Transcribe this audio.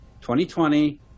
2020